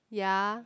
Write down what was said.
ya